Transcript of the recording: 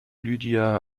lydia